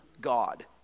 God